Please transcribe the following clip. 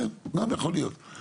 גם יכול להיות.